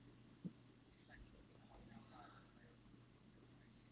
uh